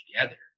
together